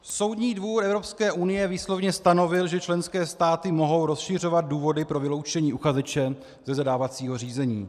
Soudní dvůr Evropské unie výslovně stanovil, že členské státy mohou rozšiřovat důvody pro vyloučení uchazeče ze zadávacího řízení.